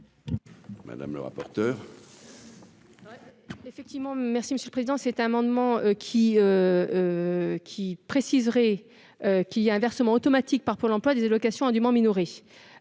Madame le rapporteur.